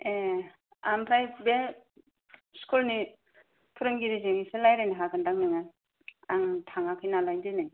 ए आमफ्राय बे स्कुलनि फोरोंगिरिजों एसे रायज्लायनो हागोन दां नोङो आं थाङाखै नालाय दिनै